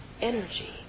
energy